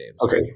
Okay